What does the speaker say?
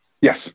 Yes